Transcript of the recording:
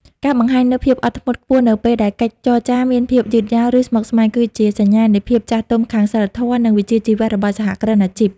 ការបង្ហាញនូវភាពអត់ធ្មត់ខ្ពស់នៅពេលដែលកិច្ចចរចាមានភាពយឺតយ៉ាវ ឬស្មុគស្មាញ គឺជាសញ្ញានៃភាពចាស់ទុំខាងសីលធម៌ និងវិជ្ជាជីវៈរបស់សហគ្រិនអាជីព។